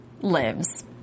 lives